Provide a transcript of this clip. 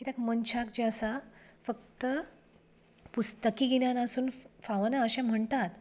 कित्याक मनशाक जें आसा फकत पुस्तकी गिन्यान आसूंक फावना अशें म्हणटात